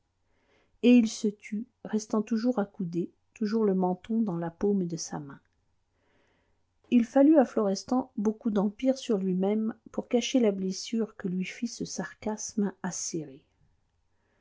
et il se tut restant toujours accoudé toujours le menton dans la paume de sa main il fallut à florestan beaucoup d'empire sur lui-même pour cacher la blessure que lui fit ce sarcasme